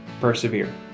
persevere